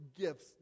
gifts